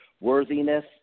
worthiness